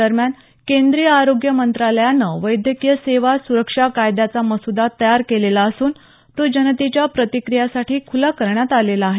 दरम्यान केंद्रीय आरोग्य मंत्रालयानं वैद्यकीय सेवा सुरक्षा कायद्याचा मसूदा तयार केलेला असून तो जनतेच्या प्रतिक्रियांसाठी खुला करण्यात आलेला आहे